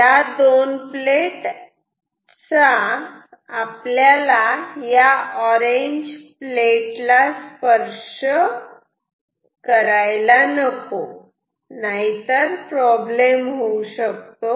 या दोन प्लेट चा ह्या ऑरेंज प्लेट ला स्पर्श करायला नको नाहीतर प्रॉब्लेम होऊ शकतो